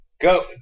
Go